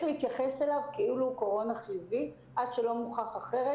להתייחס אליו כאילו הוא קורונה חיובית עד שלא מוכח אחרת,